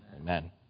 Amen